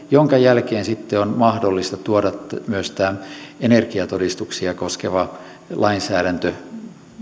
minkä jälkeen sitten on mahdollista tuoda myös tämä energiatodistuksia koskeva lainsäädäntö ja